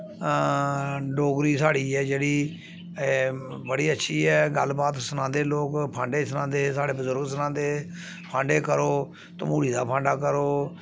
डोगरी साढ़ी ऐ जेह्ड़ी एह् बड़ी अच्छी ऐ गल्लबात सनांदे लोक फांडे सनांदे साढ़े बजुर्ग सनांदे हे फांडे करो तमूह्ड़ी दा फांडा करो